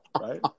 right